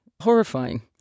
horrifying